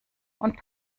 und